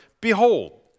Behold